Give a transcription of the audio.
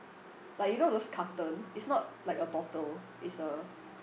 like you know those carton it's not like a bottle it's a